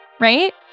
Right